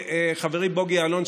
חברי בוגי יעלון,